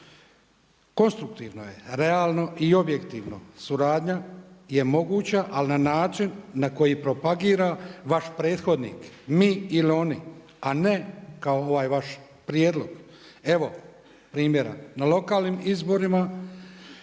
konstruktivno je realno i objektivno suradnja je moguća ali na način na koji propagira vaš prethodnik, mi ili oni, a ne kao ovaj vaš prijedlog. Evo primjera, na lokalnim izborima